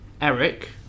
Eric